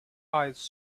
eyes